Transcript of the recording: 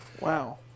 Wow